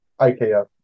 IKF